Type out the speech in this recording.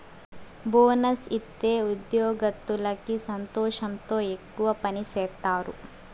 bonus ఇత్తే ఉద్యోగత్తులకి సంతోషంతో ఎక్కువ పని సేత్తారు